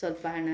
ಸ್ವಲ್ಪ ಹಣ